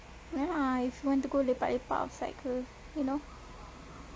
ya lah if want to go lepak lepak outside ke you know